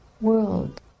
world